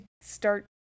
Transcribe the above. start